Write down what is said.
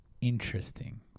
Interesting